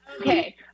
Okay